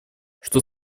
что